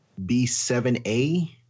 B7A